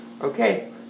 Okay